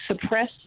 suppress